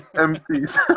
Empties